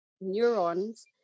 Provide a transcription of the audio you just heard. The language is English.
neurons